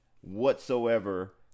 whatsoever